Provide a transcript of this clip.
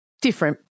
Different